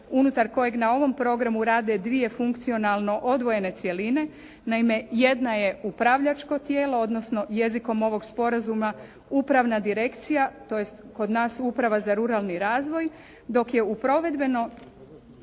unutar kojeg na ovom programu rade dvije funkcionalno odvojene cjeline, naime jedna je upravljačko tijelo odnosno jezikom ovog sporazuma upravna direkcija, tj. kod nas Uprava za ruralni razvoj dok je provedbeno